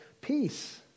peace